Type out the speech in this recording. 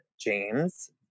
James